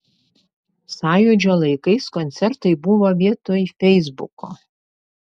sąjūdžio laikais koncertai buvo vietoj feisbuko